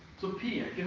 to appear.